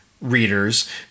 readers